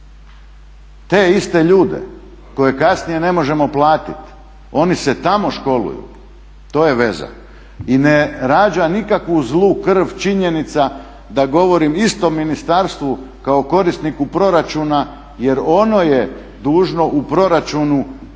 te iste ljude koje kasnije ne možemo platiti oni se tamo školuju, to je veza. I ne rađa nikakvu zlu krv činjenica da govorim o istom ministarstvu kao korisniku proračuna jer ono je dužno u proračunu